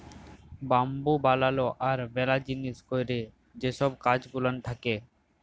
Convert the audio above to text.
bamboo বালালো আর ম্যালা জিলিস ক্যরার যে ছব কাজ গুলান থ্যাকে